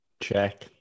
check